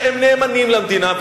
שהם נאמנים למדינה?